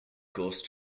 course